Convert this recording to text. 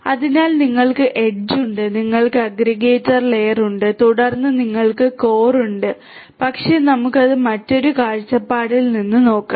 അതിനാൽ നിങ്ങൾക്ക് എഡ്ജ് ഉണ്ട് നിങ്ങൾക്ക് അഗ്രഗേറ്റർ ലെയർ ഉണ്ട് തുടർന്ന് നിങ്ങൾക്ക് കോർ ഉണ്ട് പക്ഷേ നമുക്ക് അത് മറ്റൊരു കാഴ്ചപ്പാടിൽ നിന്ന് നോക്കാം